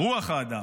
רוח האדם,